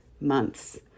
months